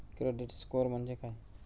Credit score म्हणजे काय?